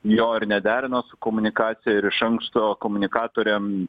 jo ir nederino su komunikacija ir iš anksto komunikatoriam